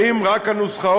האם רק הנוסחאות